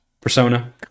persona